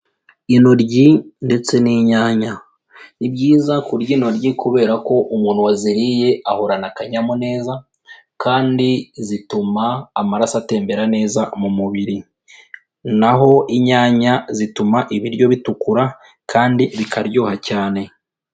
Intoryi ndetse n'inyanya. Ni byiza kurya intoryi kubera ko umuntu waziriye ahorana akanyamuneza kandi zituma amaraso atembera neza mu mubiri, naho inyanya zituma ibiryo bitukura kandi bikaryoha cyane.